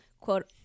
quote